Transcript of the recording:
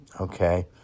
Okay